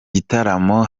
gitaramo